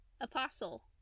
Apostle